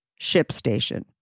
ShipStation